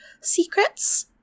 secrets